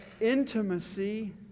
intimacy